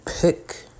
pick